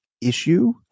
issue